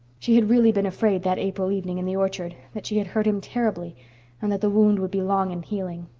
she had really been afraid, that april evening in the orchard, that she had hurt him terribly and that the wound would be long in healing.